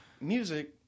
music